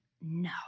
no